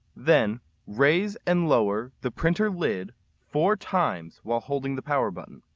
then raise and lower the printer lid four times while holding the power button.